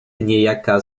niejaka